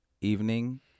evening